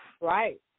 Right